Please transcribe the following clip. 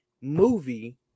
movie